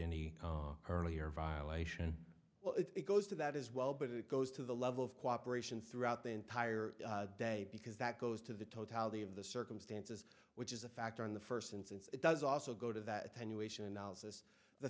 any earlier violation well if it goes to that as well but it goes to the level of cooperation throughout the entire day because that goes to the totality of the circumstances which is a factor in the first instance it does also go to th